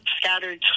Scattered